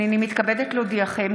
הינני מתכבדת להודיעכם,